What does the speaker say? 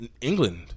England